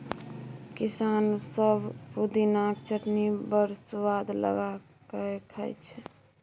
किसान सब पुदिनाक चटनी बड़ सुआद लगा कए खाइ छै